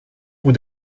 roue